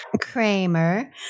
Kramer